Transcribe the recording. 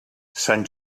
sant